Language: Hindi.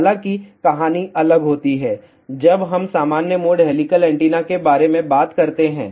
हालांकि कहानी अलग होगी जब हम सामान्य मोड हेलिकल एंटीना के बारे में बात करते हैं